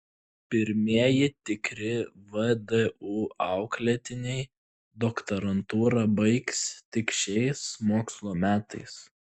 pirmieji tikri vdu auklėtiniai doktorantūrą baigs tik šiais mokslo metais